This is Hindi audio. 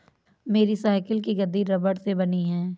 मेरी साइकिल की गद्दी रबड़ से बनी है